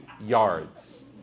yards